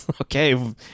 okay